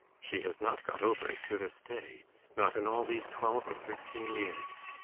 she has not got over it to this day not in all these twelve or thirteen years.